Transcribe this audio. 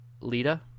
Lita